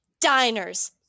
Diners